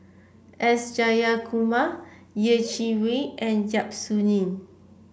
S Jayakumar Yeh Chi Wei and Yap Su Yin